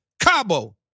Cabo